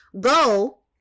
go